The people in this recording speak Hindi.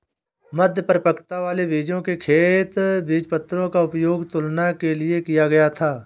मध्य परिपक्वता वाले बीजों के खेत बीजपत्रों का उपयोग तुलना के लिए किया गया था